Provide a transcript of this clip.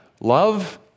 love